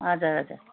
हजुर हजुर